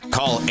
Call